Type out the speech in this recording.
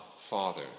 Father